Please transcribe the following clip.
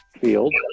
field